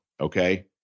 Okay